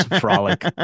frolic